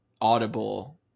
audible